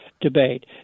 debate